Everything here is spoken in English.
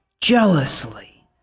jealously